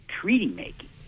treaty-making